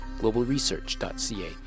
globalresearch.ca